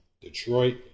Detroit